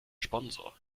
sponsor